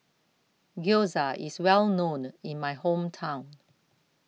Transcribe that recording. Gyoza IS Well known in My Hometown